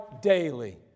daily